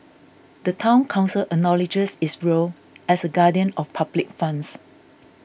the Town Council acknowledges its role as a guardian of public funds